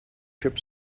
trip